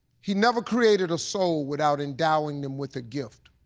he never created a soul without endowing them with a gift.